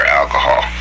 alcohol